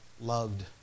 loved